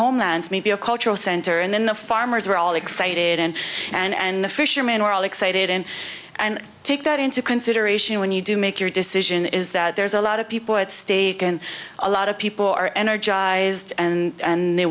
homelands maybe a cultural center and then the farmers were all excited and and the fishermen were all excited and and take that into consideration when you do make your decision is that there's a lot of people at stake and a lot of people are energized and